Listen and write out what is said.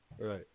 Right